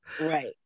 Right